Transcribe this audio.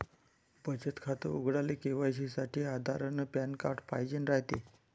बचत खातं उघडाले के.वाय.सी साठी आधार अन पॅन कार्ड पाइजेन रायते